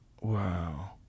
Wow